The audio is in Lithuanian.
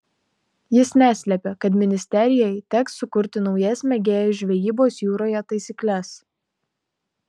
jis neslėpė kad ministerjai teks sukurti naujas mėgėjų žvejybos jūroje taisykles